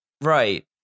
Right